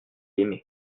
aimé